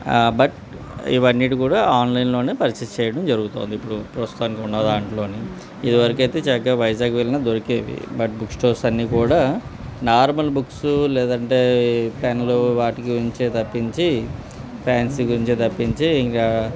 but ఇవి అన్నింటిన్నీ కూడా ఆన్లైన్లో పర్చేస్ చేయడం జరుగుతోంది ఇప్పుడు ప్రస్తుతానికి ఉన్న దాంట్లోని ఇదివరకైతే చక్కగా వైజాగ్ వెళ్ళిన దొరికేవి బట్ బుక్ స్టోర్స్ అన్నీ కూడా నార్మల్ బుక్స్ లేదంటే పెన్నులు వాటి గురించే తప్పించి ఫ్యాన్సీ గురించే తప్పించి ఇంకా